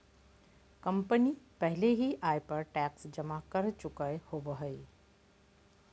company पहले ही आय पर टैक्स जमा कर चुकय होबो हइ